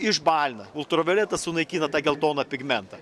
išbalina ultravioletas sunaikina tą geltoną pigmentą